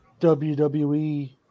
WWE